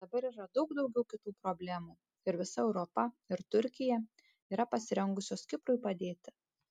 dabar yra daug daugiau kitų problemų ir visa europa ir turkija yra pasirengusios kiprui padėti